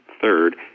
third